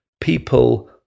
people